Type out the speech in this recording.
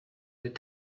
with